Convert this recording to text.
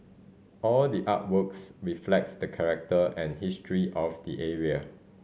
all the artworks reflects the character and history of the area